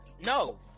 No